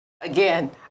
again